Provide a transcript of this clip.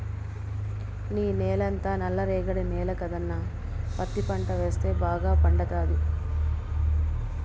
నీ నేలంతా నల్ల రేగడి నేల కదన్నా పత్తి పంట వేస్తే బాగా పండతాది